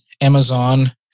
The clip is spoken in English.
Amazon